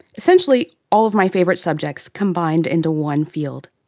essentially, all of my favourite subjects combined into one field.